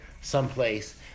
someplace